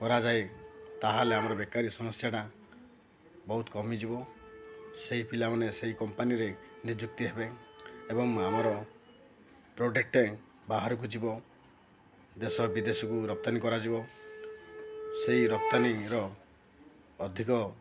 କରାଯାଏ ତା'ହେଲେ ଆମର ବେକାରୀ ସମସ୍ୟାଟା ବହୁତ କମିଯିବ ସେହି ପିଲାମାନେ ସେଇ କମ୍ପାନୀରେ ନିଯୁକ୍ତି ହେବେ ଏବଂ ଆମର ପ୍ରଡ଼କ୍ଟଟେ ବାହାରକୁ ଯିବ ଦେଶ ବିଦେଶକୁ ରପ୍ତାନି କରାଯିବ ସେଇ ରପ୍ତାନିର ଅଧିକ